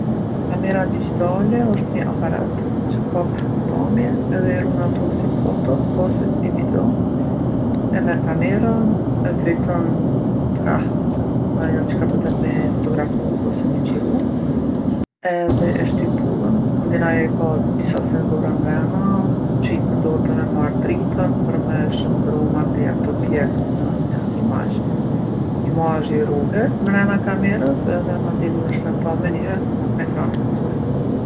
Kamera digjitale osht ni aparat që kap pamje edhe i run ato si foto ose si video. E merr kamerën e drejton kah ajo çka po don me fotografu ose me xhiru edhe e shtyp pullën. Mandena ajo i ka disa senzora mrena që i përdorë për me marr dritën për me shëndrru mandej atë objekt në një imazh. Imazhi ruhet mrena kamerës edhe mandej munesh me pa meniher n'ekranin e saj.